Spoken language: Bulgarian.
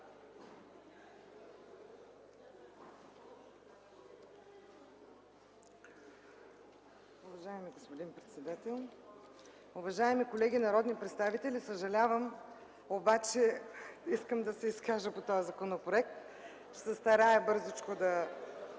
уважаеми колеги народни представители, съжалявам, но искам да се изкажа по този законопроект. Ще се старая бързичко да